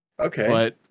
Okay